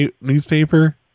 newspaper